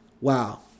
wow